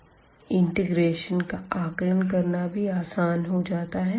integration का आकलन करना भी आसान हो जाता है